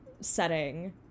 setting